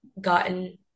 gotten